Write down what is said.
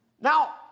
Now